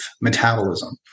metabolism